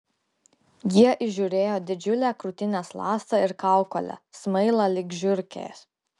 jie įžiūrėjo didžiulę krūtinės ląstą ir kaukolę smailą lyg žiurkės